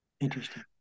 Interesting